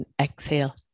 Exhale